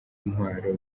intwaro